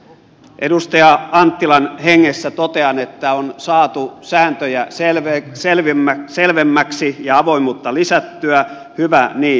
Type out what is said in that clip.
edustaja anttilan hengessä totean että on saatu sääntöjä selvemmiksi ja avoimuutta lisättyä hyvä niin